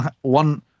one